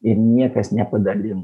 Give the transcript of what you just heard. ir niekas nepadalinta